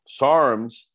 SARMs